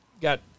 got